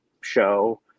show